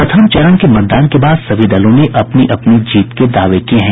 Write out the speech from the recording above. प्रथम चरण के मतदान के बाद सभी दलों ने अपनी अपनी जीत के दावे किये हैं